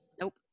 Nope